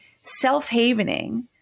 self-havening